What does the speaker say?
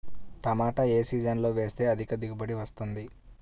టమాటా ఏ సీజన్లో వేస్తే అధిక దిగుబడి వస్తుంది?